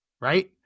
right